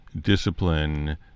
discipline